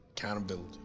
accountability